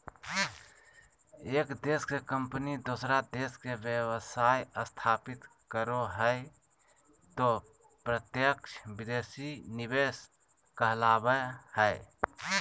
एक देश के कम्पनी दोसर देश मे व्यवसाय स्थापित करो हय तौ प्रत्यक्ष विदेशी निवेश कहलावय हय